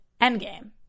endgame